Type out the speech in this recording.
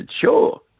sure